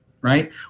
right